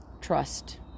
trust